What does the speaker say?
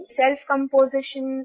self-composition